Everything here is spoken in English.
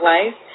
Life